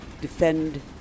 defend